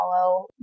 follow